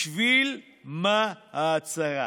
בשביל מה ההצהרה?